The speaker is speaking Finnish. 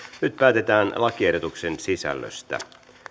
nyt päätetään lakiehdotusten sisällöstä